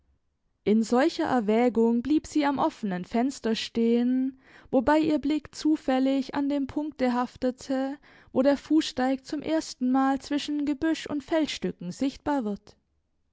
in solcher erwägung blieb sie am offenen fenster stehen wobei ihr blick zufällig an dem punkte haftete wo der fußsteig zum erstenmal zwischen gebüsch und felsstücken sichtbar wird